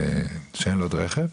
שאין לו עוד רכב,